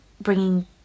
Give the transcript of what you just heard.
bringing